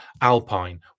Alpine